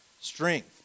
strength